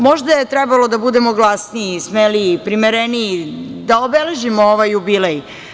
Možda je trebalo da budemo glasniji, smeliji, primereniji, da obeležimo ovaj jubilej.